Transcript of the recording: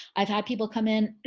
i've had people come in